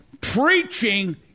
preaching